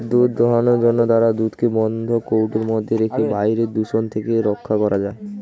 দুধ দোহনের যন্ত্র দ্বারা দুধকে বন্ধ কৌটোর মধ্যে রেখে বাইরের দূষণ থেকে রক্ষা করা যায়